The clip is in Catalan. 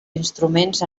instruments